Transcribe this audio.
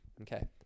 Okay